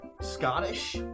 Scottish